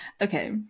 okay